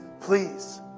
Please